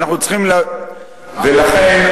לכן,